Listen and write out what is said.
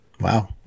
Wow